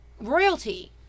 royalty